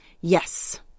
Yes